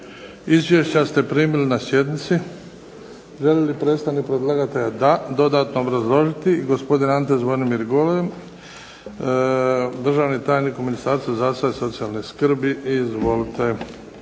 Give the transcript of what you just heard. Izvješća ste primili na sjednici. Želi li predstavnik predlagatelja da, dodatno obrazložiti. Gospodin Ante Zvonimir Golem, državni tajnik u Ministarstvu zdravstva i socijalne skrbi. Izvolite.